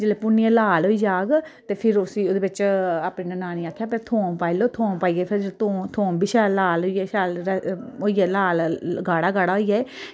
जैल्ले भुनियै लाल होई जाह्ग ते फिर उस्सी ओह्दे बिच अपनी ननान गी आक्खेआ की थोम पाई लो थोम पाइयै फिर थोम बी शैल लाल होई जाह्ग होई जाह्ग लाल गाढ़ा गाढ़ा होई जाए